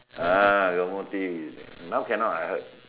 uh got motive now cannot ah I heard